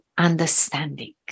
Understanding